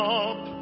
up